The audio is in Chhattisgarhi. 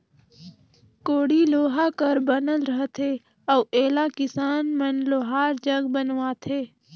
कोड़ी लोहा कर बनल रहथे अउ एला किसान मन लोहार जग बनवाथे